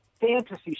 fantasy